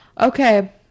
okay